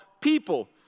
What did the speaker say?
people